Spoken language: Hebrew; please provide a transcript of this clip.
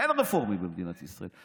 אין רפורמים במדינת ישראל.